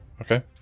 Okay